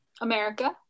america